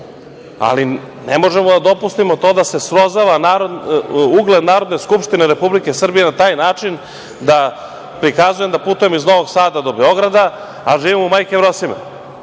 ali ne možemo da dopustimo to da se srozava ugled Narodne skupštine Republike Srbije na taj način da prikazujem da putujem iz Novog Sada do Beograda, a živim u Majke Jevrosime.